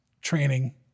training